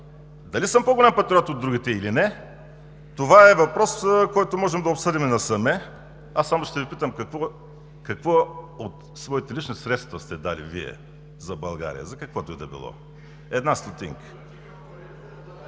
Дали съм по-голям патриот от другите или не, това е въпрос, който можем да обсъдим и насаме. Аз само ще Ви питам: какво от своите лични средства сте дали за България, за каквото и да било? Една стотинка?!